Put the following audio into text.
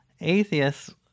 atheists